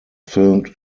filmed